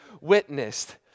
witnessed